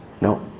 No